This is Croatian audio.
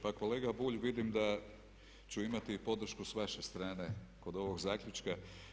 Pa kolega Bulj, vidim da ću imati i podršku s vaše strane kod ovog zaključka.